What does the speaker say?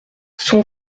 son